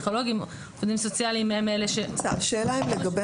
פסיכולוגים ועובדים סוציאליים הם אלה --- השאלה היא אם לגבי